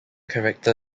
character